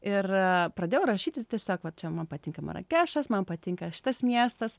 ir pradėjau rašyti tiesiog va čia man patinka marakešas man patinka šitas miestas